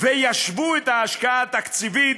וישוו את ההשקעה התקציבית